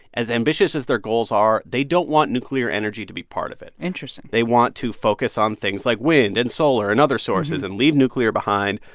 as ambitious as their goals are, they don't want nuclear energy to be part of it interesting they want to focus on things like wind and solar and other sources and leave nuclear behind.